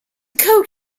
code